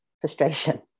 frustration